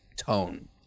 tone